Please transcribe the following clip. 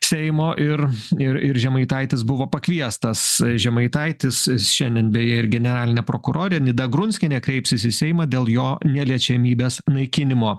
seimo ir ir ir žemaitaitis buvo pakviestas žemaitaitis šiandien beje ir generalinė prokurorė nida grunskienė kreipsis į seimą dėl jo neliečiamybės naikinimo